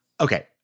Okay